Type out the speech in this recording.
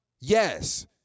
Yes